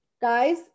Guys